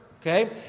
Okay